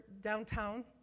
downtown